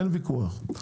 אין ויכוח,